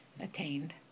attained